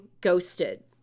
ghosted